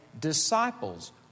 disciples